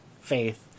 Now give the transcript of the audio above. Faith